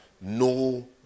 No